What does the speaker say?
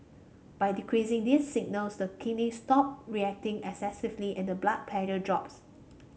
by decreasing these signals the kidney stop reacting excessively and the blood pressure drops